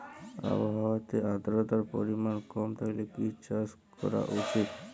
আবহাওয়াতে আদ্রতার পরিমাণ কম থাকলে কি চাষ করা উচিৎ?